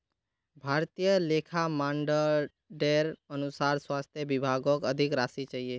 भारतीय लेखा मानदंडेर अनुसार स्वास्थ विभागक अधिक राशि चाहिए